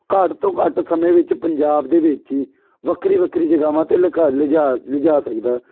ਘੱਟ ਤੋਂ ਘੱਟ ਸਮੇਂ ਵਿੱਚ ਪੰਜਾਬ ਦੇ ਵਿੱਚ ਹੀ ਵੱਖਰੀ ਵੱਖਰੀ ਜਗ੍ਹਾਵਾਂ 'ਤੇ ਲਿਖਾ ਲਿਜਾ ਲਿਜਾ ਸਕਦਾ